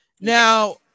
Now